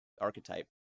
archetype